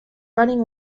running